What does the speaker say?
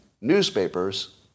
newspapers